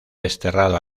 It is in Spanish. desterrado